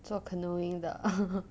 做 canoeing 的